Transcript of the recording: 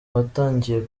batangiye